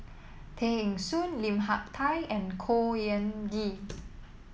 Tay Eng Soon Lim Hak Tai and Khor Ean Ghee